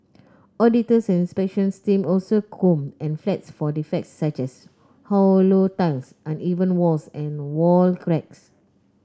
auditors and inspection teams also comb the flats for defects such as hollow tiles uneven walls and wall cracks